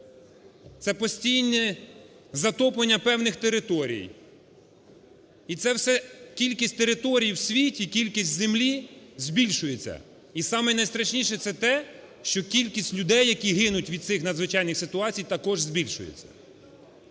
це постійне затоплення певних територій. І це все… кількість територій в світі, кількість землі збільшується. І саме найстрашніше це те, що кількість людей які гинуть від цих надзвичайних ситуацій також збільшується.